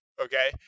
okay